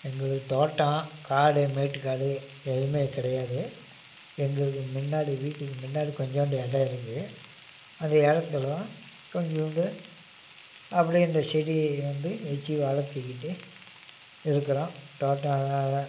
எங்களுக்கு தோட்டம் காடு மேட்டுக்காடு எதுவும் கிடையாது எங்களுக்கு முன்னாடி வீட்டுக்கு முன்னாடி கொஞ்சோண்டு இடம் இருக்குது அந்த இடத்தில் கொஞ்சோண்டு அப்படியே இந்த செடி வந்து வச்சு வளர்த்துக்கிட்டு இருக்கிறோம் தோட்டம் அதான்